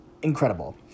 incredible